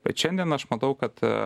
bet šiandien aš matau kad